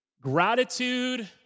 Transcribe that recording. gratitude